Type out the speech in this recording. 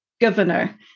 governor